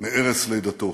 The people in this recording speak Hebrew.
מערש לידתו,